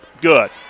good